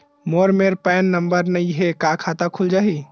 मोर मेर PAN number नई हे का खाता खुल जाही?